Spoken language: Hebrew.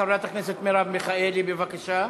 חברת הכנסת מרב מיכאלי, בבקשה.